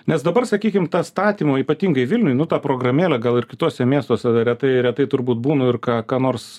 nes dabar sakykim tas statymo ypatingai vilniuj nu ta programėlė gal ir kituose miestuose retai retai turbūt būna ir ką ką nors